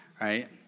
right